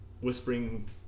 whispering